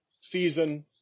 season